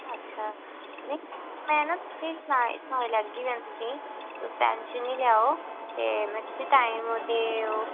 अच्छा नेईं ओह् में तुसेंई सनाई लैगी में तुसेंई ते तुस टेंशन निं लैओ ते में तुसेंगी टाइम ते ओह्